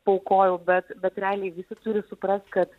paaukojau bet bet realiai visi turi suprast kad